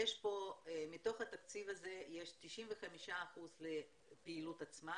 ומתוך התקציב הזה יש 95% לפעילות עצמה